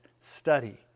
study